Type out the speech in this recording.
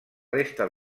resta